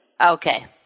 Okay